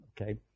Okay